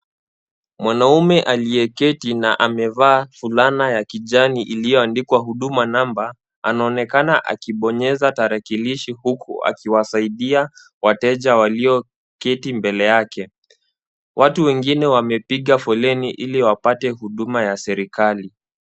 Mwanaume aliyeketi na amevaa fulana ya kijani iliyoandikwa Huduma Namba, anaonekana akibonyeza tarakilishi huku akiwasaidia wateja walioketi mbele yake, watu wengine wamepiga foleni ili wapate huduma ya serikali.